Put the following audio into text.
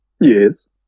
Yes